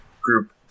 Group